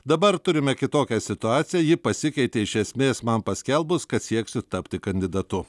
dabar turime kitokią situaciją ji pasikeitė iš esmės man paskelbus kad sieksiu tapti kandidatu